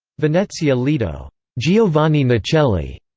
venezia-lido giovanni nicelli,